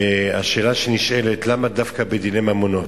השאלה שנשאלת, למה דווקא בדיני ממונות?